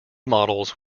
models